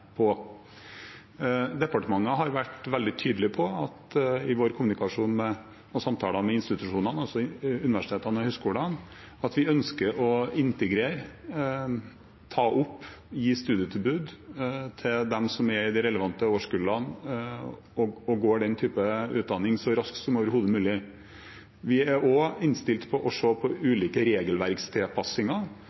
på. Departementet har vært veldig tydelig på i vår kommunikasjon og våre samtaler med institusjonene – altså universitetene og høyskolene – at vi ønsker så raskt som overhodet mulig å integrere, ta opp og gi studietilbud til dem som er i de relevante årskullene og går den type utdanning. Vi er også innstilt på å se på ulike regelverkstilpassinger,